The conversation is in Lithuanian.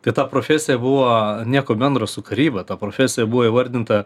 tai ta profesija buvo nieko bendro su karyba ta profesija buvo įvardinta